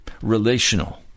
relational